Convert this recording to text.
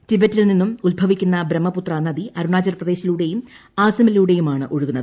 ടിബറ്റിൽ നിന്നും ഉത്ഭവിക്കുന്ന ബ്രഹ്മപുത്ര നദി അരുണാചൽപ്രദേശിലൂടെയും അസമിലൂടെയുമാണ് ഒഴുകുന്നത്